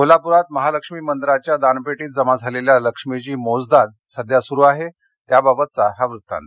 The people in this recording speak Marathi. कोल्हाप्रात महालक्ष्मी मंदिराच्या दानपेटीत जमा झालेल्या लक्ष्मीघी मोजदाद सध्या सुरू आहे त्याबाबतचा हा वृत्तांत